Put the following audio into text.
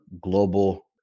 global